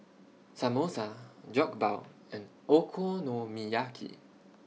Samosa Jokbal and Okonomiyaki